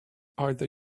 either